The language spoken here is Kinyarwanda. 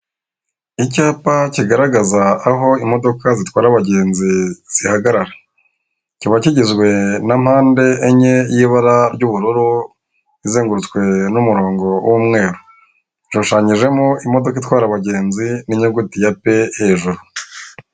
Icyapa kigaragaza aho imodoka zitwara abagenzi zihagarara, kiba kigizwe na mpande enye y'ibara ry'ubururu izengurutswe n'umurongo w'umweru, ishushanyijemo imodoka itwara abagenzi n'inyuguti ya pe hejuru.